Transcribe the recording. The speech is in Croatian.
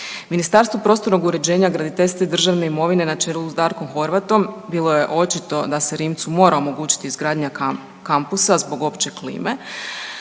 Ministarstvo prostornog uređenja, graditeljstva i državne imovine na čelu s Darkom Horvatom bilo je očito da se Rimcu mora omogućiti izgradnja kampusa zbog opće klime,